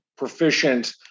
proficient